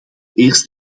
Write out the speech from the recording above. eerst